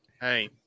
Hey